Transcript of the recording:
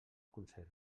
consell